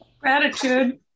Gratitude